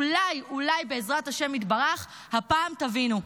אולי, אולי, בעזרת השם יתברך, הפעם תבינו.